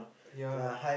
ya